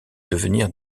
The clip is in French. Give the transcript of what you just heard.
devenir